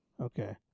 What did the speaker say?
Okay